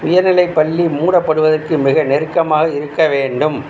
உயர்நிலைப் பள்ளி மூடப்படுவதற்கு மிக நெருக்கமாக இருக்க வேண்டும்